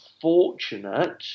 fortunate